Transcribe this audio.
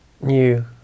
new